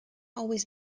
always